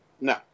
No